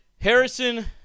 Harrison